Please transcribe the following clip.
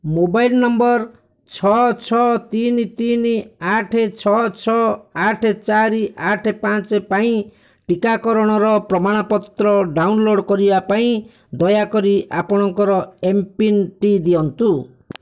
mobile number ଛଅ ଛଅ ତିନି ତିନି ଆଠ ଛଅ ଛଅ ଆଠ ଚାରି ଆଠ ପାଞ୍ଚ ପାଇଁ ଟିକାକରଣର ପ୍ରମାଣ ପତ୍ର ଡାଉନଲୋଡ଼୍ କରିବା ପାଇଁ ଦୟାକରି ଆପଣଙ୍କର ଏମ୍ପିନ୍ଟି ଦିଅନ୍ତୁ